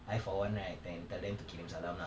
I for one right can tell them to kirim salam lah